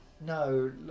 No